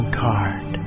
card